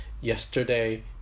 yesterday